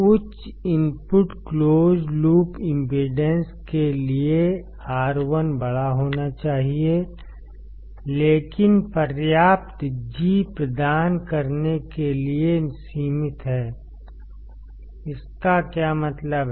उच्च input close loop impedance के लिए R 1 बड़ा होना चाहिए लेकिन पर्याप्त G प्रदान करने के लिए सीमित है इसका क्या मतलब है